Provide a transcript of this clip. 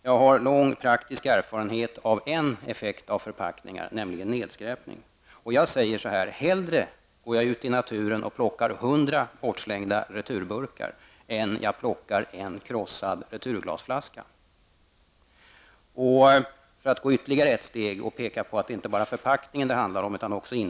Jag har lång praktisk erfarenhet av en effekt av förpackningar, nämligen nedskräpning. Jag går hellre ut i naturen och plockar upp hundra bortslängda returburkar än en krossad returglasflaska. Jag kan gå ytterligare ett steg och peka på att det inte bara är förpackningen det handlar om.